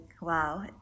wow